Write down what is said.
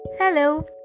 Hello